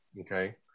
Okay